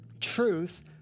truth